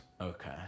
okay